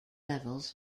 levels